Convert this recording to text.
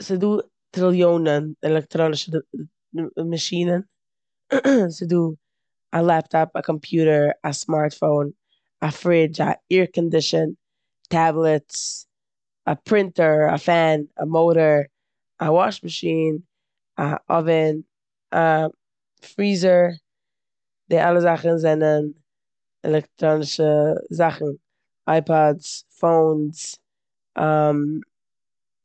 ס'דא טריליאנען עלעקטראנישע מאשינען. ס'דא א לעפטאפ, א קאמפיוטער, א סמארטפאון, א פרידש, א עירקאנדישן, טעבלעטס, פרינטער, א פען, א מאטאר, א וואש מאשין, א אווין, א פריזער. די אלע זאכן זענען עלעקטראנישע זאכן. אייפאדס, פאונס,